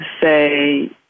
say